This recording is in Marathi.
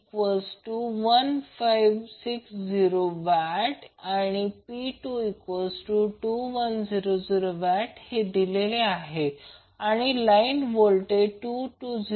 P11560Wआणि P22100W हे दिलेले आहे आणि लाईन व्होल्टेज 220 volt आहे